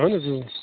اَہن حظ